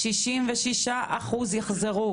66 אחוזים יחזרו.